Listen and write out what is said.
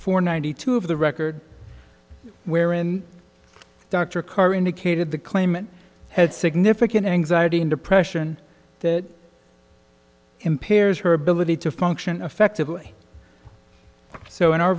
four ninety two of the record wherein dr carr indicated the claimant has significant anxiety and depression that impairs her ability to function effectively so in our